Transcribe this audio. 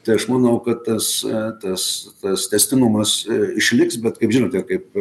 tai aš manau kad tas etas tas tęstinumas į išliks bet kaip žinote kaip